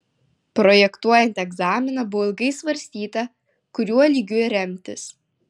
projektuojant egzaminą buvo ilgai svarstyta kuriuo lygiu remtis